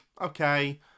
okay